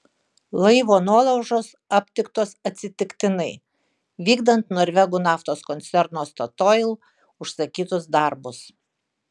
laivo nuolaužos aptiktos atsitiktinai vykdant norvegų naftos koncerno statoil užsakytus darbus